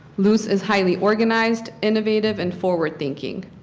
luz is highly organized, innovative, and forward thinking.